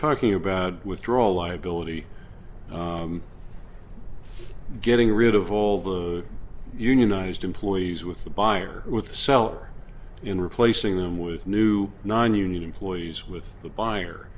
talking about withdrawal liability getting rid of all the unionized employees with the buyer with the seller in replacing them with new nonunion employees with the buyer